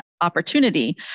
opportunity